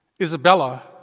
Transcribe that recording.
Isabella